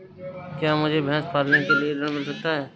क्या मुझे भैंस पालने के लिए ऋण मिल सकता है?